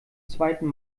zweiten